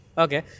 Okay